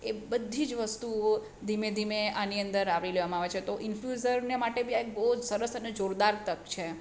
એ બધી જ વસ્તુઓ ધીમે ધીમે આની અંદર આવરી લેવામાં આવે છે તો ઇનફ્લુએંસરને માટે બી આ એક બહુ જ સરસ અને જોરદાર તક છે